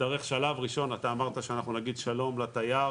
יצטרך שלב ראשון, אתה אמרת שאנחנו נגיד שלום לתייר